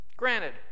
Granted